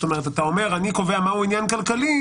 אתה אומר: אני קובע מהו עניין כלכלי,